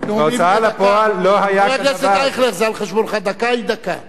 בהוצאה לפועל לא היה כדבר הזה.